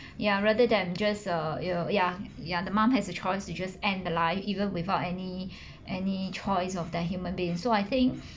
ya rather than just uh ya ya ya the mom has a choice to just end a life even without any any choice of that human beings so I think